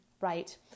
right